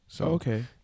Okay